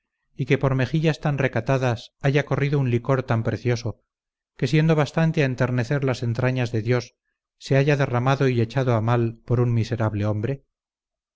y que por mejillas tan recatadas haya corrido un licor tan precioso que siendo bastante a enternecer las entrañas de dios se haya derramado y echado a mal por un miserable hombre